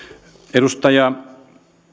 edustaja